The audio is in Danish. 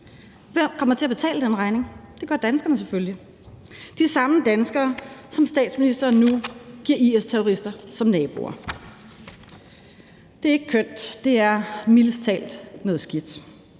Hvem kommer til at betale den regning? Det gør danskerne selvfølgelig. De samme danskere, som statsministeren nu giver IS-terrorister som naboer. Det er ikke kønt, det er mildest talt noget skidt,